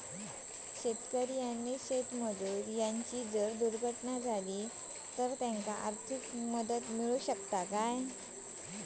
शेतकरी आणि शेतमजूर यांची जर दुर्घटना झाली तर त्यांका आर्थिक मदत मिळतली काय?